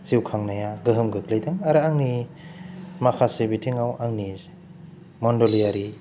जिउखांनाया गोहोम गोग्लैदों आरो आंनि माखासे बिथिङाव आंनि मन्दलियारि